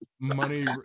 money